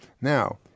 now